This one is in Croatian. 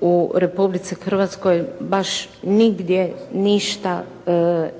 u Republici Hrvatskoj baš nigdje ništa